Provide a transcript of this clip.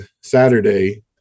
saturday